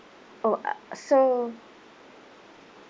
oh so